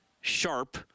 sharp